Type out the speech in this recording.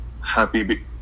happy